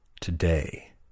today